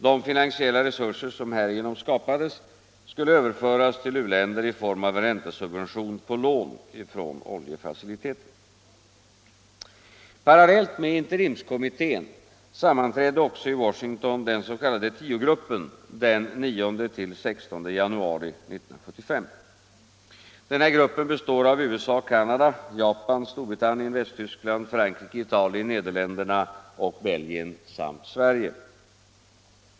De finansiella resurser som härigenom skapades skulle överföras till u-länder i form av räntesubvention på lån från oljefaciliteten. Parallellt med interimskommittén sammanträdde också i Washington den s.k. tiogruppen den 9-16 januari 1975. Denna grupp består av USA, Canada, Japan, Storbritannien, Västtyskland, Frankrike, Italien, Neder länderna och Belgien samt Sverige.